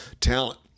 talent